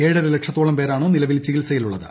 ഏഴര ലക്ഷത്തോളം പേരാണ് നിലവിൽ ചികിത്സയിലുള്ളത്